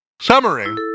Summary